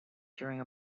during